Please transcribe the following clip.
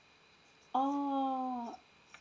oh